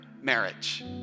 marriage